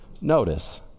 Notice